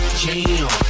jam